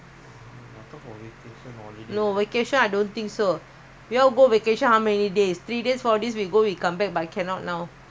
you all go vacation how many days three days four days we go we come back but cannot now go there quarantine already then come back singapore also quarantine then what's the point better don't travel